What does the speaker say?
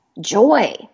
joy